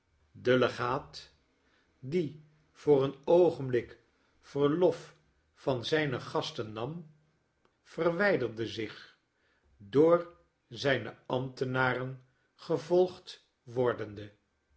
de legaat die voor een oogenblik verlof van zijne gasten nam verwijderde zich door zijne ambtenaren gevolgd wordende